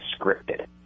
scripted